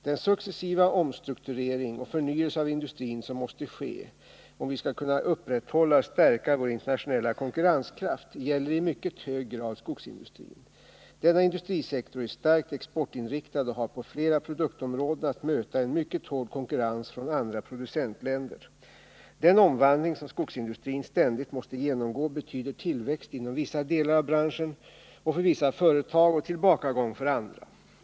Den successiva omstrukturering och förnyelse av industrin som måste ske om vi skall kunna upprätthålla och stärka vår internationella konkurrenskraft gäller i mycket hög grad skogsindustrin. Denna industrisektor är starkt exportinriktad och har på flera produktområden att möta en mycket hård konkurrens från andra producentländer. Den omvandling som skogsindustrin ständigt måste genomgå betyder tillväxt inom vissa delar av branschen och för vissa företag och tillbakagång för andra.